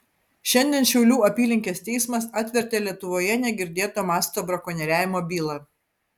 šiandien šiaulių apylinkės teismas atvertė lietuvoje negirdėto masto brakonieriavimo bylą